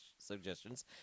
suggestions